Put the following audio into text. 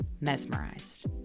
mesmerized